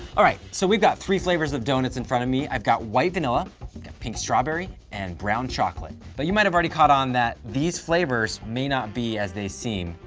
alright, so we've got three flavors of donuts in front of me. i've got white vanilla pink, strawberry and brown chocolate, but you might've already caught on that these flavors may not be as they seem.